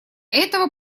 этого